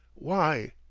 why?